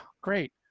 great